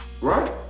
Right